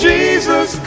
Jesus